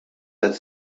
qed